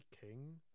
king